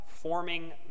forming